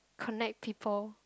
connect people